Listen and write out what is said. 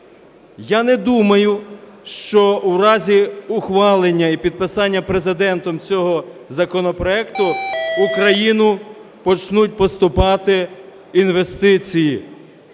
Я не думаю, що у разі ухвалення і підписання Президентом цього законопроекту в Україну почнуть поступати інвестиції.